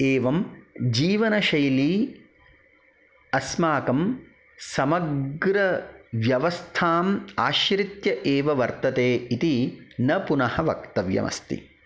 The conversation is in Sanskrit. एवं जीवनशैली अस्माकं समग्रव्यवस्थाम् आश्रित्य एव वर्तते इति न पुनः वक्तव्यम् अस्ति